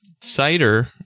cider